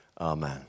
Amen